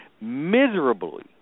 miserably